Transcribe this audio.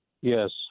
Yes